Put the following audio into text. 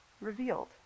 revealed